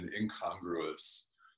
incongruous